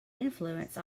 influence